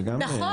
זה גם --- נכון.